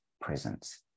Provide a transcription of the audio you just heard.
presence